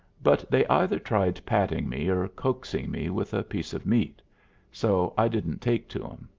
but they either tried patting me or coaxing me with a piece of meat so i didn't take to em.